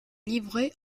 livrées